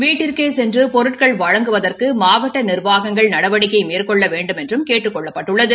வீட்டுக்கே சென்று பொருட்கள் வழங்குவதற்கு மாவட்ட நிர்வாகங்கள் நடவடிக்கை மேற்கொள்ள வேண்டுமென்றும் கேட்டுக் கொள்ளப்பட்டுள்ளது